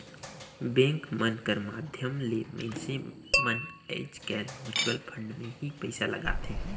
bank मन कर माध्यम ले मइनसे मन आएज काएल म्युचुवल फंड में ही पइसा लगाथें